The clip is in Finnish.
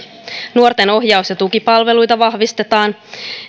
nuorten ohjaus ja tukipalveluita vahvistetaan ja